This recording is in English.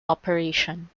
operation